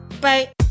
Bye